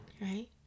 right